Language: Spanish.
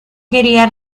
quería